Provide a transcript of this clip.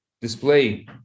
display